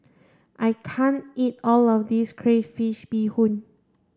I can't eat all of this crayfish Beehoon